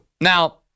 Now